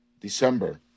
December